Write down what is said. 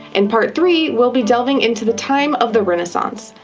in part three we'll be delving into the time of the renaissance.